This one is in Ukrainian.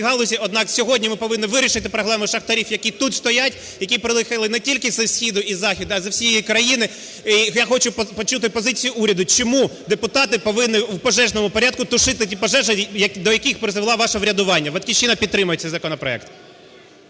галузі, однак сьогодні ми повинні вирішити проблему шахтарів, які тут стоять, які приїхали не тільки зі сходу і з заходу, а з усієї країни. І я хочу почути позицію уряду, чому депутати повинні у пожежному порядку тушити ті пожежі, до яких призвело ваше урядування? "Батьківщина" підтримує цей законопроект.